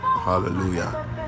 hallelujah